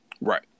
Right